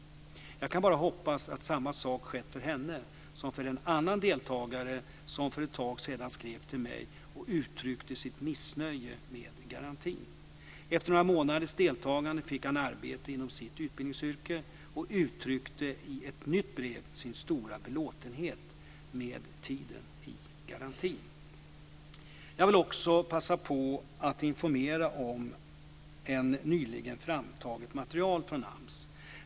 Jag kan bara hoppas att samma sak skett för henne som för en annan deltagare som för ett tag sedan skrev till mig och uttryckte sitt missnöje med garantin. Efter några månaders deltagande fick han arbete inom sitt utbildningsyrke och uttryckte i ett nytt brev sin stora belåtenhet med tiden i garantin. Jag vill också passa på att informera om ett nyligen framtaget material från AMS.